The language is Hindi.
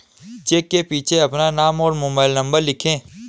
चेक के पीछे अपना नाम और मोबाइल नंबर लिखें